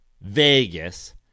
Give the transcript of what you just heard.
Vegas